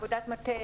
בעבודת מטה